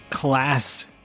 Class